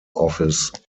office